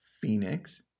Phoenix